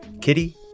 Kitty